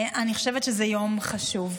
אני חושבת שזה יום חשוב.